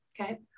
Okay